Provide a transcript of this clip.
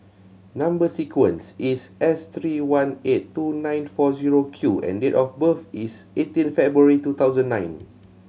number sequence is S three one eight two nine four zero Q and date of birth is eighteen February two thousand nine